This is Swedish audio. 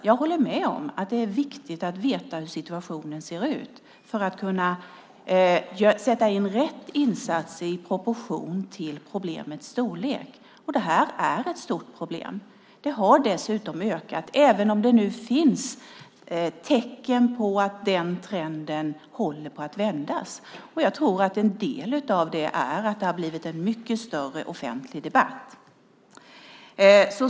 Jag håller med om att det är viktigt att veta hur situationen ser ut för att kunna göra rätt insatser i proportion till problemets storlek, och det här är ett stort problem. Det har dessutom ökat, även om det nu finns tecken på att den trenden håller på att vändas. Jag tror att en del i det är att det har blivit en mycket större offentlig debatt.